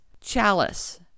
chalice